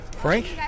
Frank